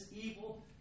evil